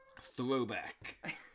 throwback